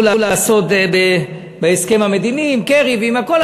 לעשות בהסכם המדיני עם קרי ועם הכול,